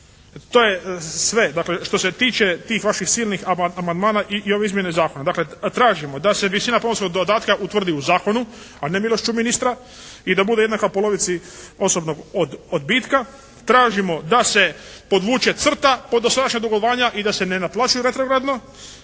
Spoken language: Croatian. To je sve, dakle što se tiče tih vaših silnih amandmana i ovih izmjena zakona. Dakle, tražimo da se visina pomorskog dodatka utvrdi u zakonu a ne milošću ministra i da bude jednaka polovici osobnog odbitka. Tražimo da se podvuče crta pod dosadašnja dugovanja i da se ne naplaćuju retrogradno.